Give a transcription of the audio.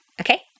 Okay